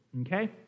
Okay